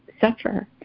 suffer